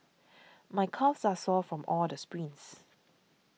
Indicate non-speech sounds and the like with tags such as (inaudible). my calves are sore from all the sprints (noise)